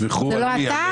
זה לא אתה?